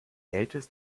älteren